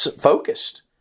focused